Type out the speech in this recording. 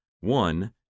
One